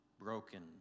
broken